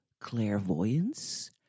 clairvoyance